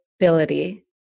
ability